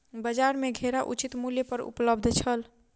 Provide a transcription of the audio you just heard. बजार में घेरा उचित मूल्य पर उपलब्ध छल